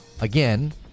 Again